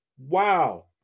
Wow